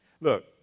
Look